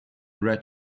red